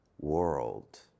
world